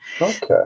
Okay